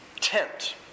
tent